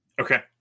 Okay